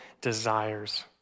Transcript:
desires